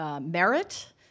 Merit